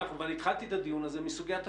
התחלתי את הדיון הזה מסוגית השוויון.